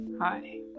Hi